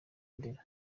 ndera